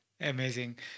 Amazing